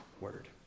word